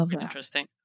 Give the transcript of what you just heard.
interesting